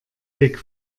weg